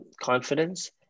confidence